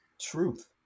truth